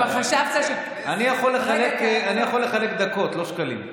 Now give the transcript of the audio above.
אני יכול לחלק דקות, לא שקלים.